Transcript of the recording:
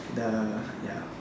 the ya